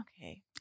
okay